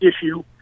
issue